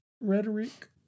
rhetoric